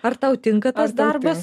ar tau tinka tas darbas